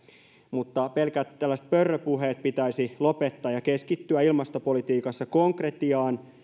mutta pelkät tällaiset pörröpuheet pitäisi lopettaa ja keskittyä ilmastopolitiikassa konkretiaan